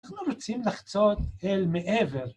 ‫אנחנו רוצים לחצות אל מעבר.